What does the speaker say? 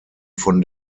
von